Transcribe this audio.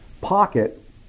pocket